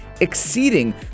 exceeding